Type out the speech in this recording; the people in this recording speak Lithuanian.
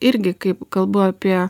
irgi kaip kalbu apie